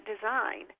design